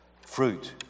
fruit